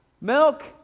Milk